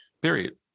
Period